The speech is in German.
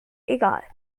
egal